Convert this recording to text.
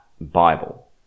Bible